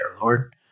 Lord